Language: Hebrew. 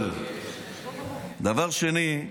דבר שני,